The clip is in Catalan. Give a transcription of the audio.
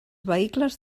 vehicles